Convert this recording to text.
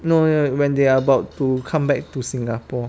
no no when they are about to come back to singapore